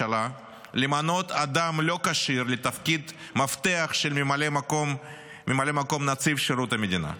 למנות אדם לא כשיר לתפקיד מפתח כממלא מקום נציב שירות המדינה.